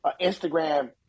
Instagram